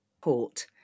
port